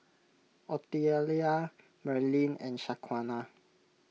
Otelia Merlyn and Shaquana